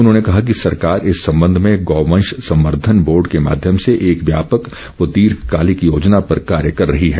उन्होंने कहा कि सरकार इस संबंध में गौवंश संवर्द्वन बोर्ड के माध्यम से एक व्यापक व दीर्घकालिक योजना पर कार्य कर रही है